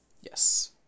yes